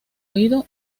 oído